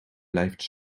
blijft